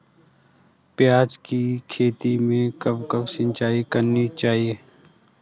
प्याज़ की खेती में कब कब सिंचाई करनी चाहिये?